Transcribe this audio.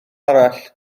arall